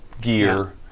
gear